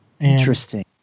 Interesting